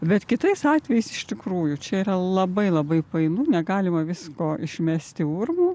bet kitais atvejais iš tikrųjų čia yra labai labai painu negalima visko išmesti urmu